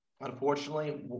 unfortunately